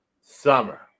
summer